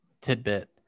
tidbit